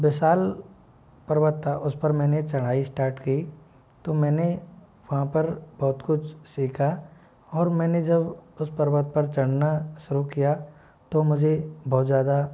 विशाल पर्वत था उस पर मैंने चढाई स्टार्ट की तो मैंने वहाँ पर बहुत कुछ सीखा और मैंने जब उस पर्वत पर चढ़ना शुरू किया तो मुझे बहुत ज़्यादा